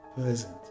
present